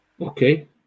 Okay